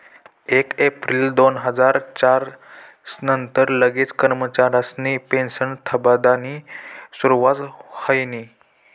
येक येप्रिल दोन हजार च्यार नंतर लागेल कर्मचारिसनी पेनशन थांबाडानी सुरुवात व्हयनी